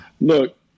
Look